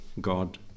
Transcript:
God